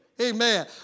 Amen